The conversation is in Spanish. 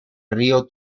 río